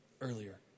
earlier